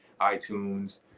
iTunes